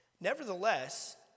Nevertheless